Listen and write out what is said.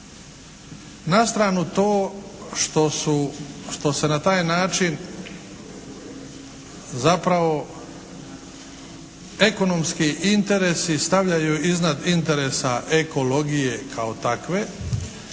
Na stranu to što se na taj način zapravo ekonomski interesi stavljaju iznad ekologije kao takve